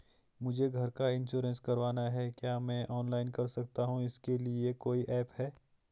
मुझे घर का इन्श्योरेंस करवाना है क्या मैं ऑनलाइन कर सकता हूँ इसके लिए कोई ऐप है?